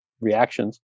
reactions